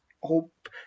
hope